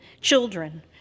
children